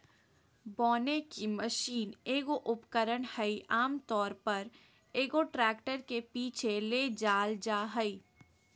बोने की मशीन एगो उपकरण हइ आमतौर पर, एगो ट्रैक्टर के पीछे ले जाल जा हइ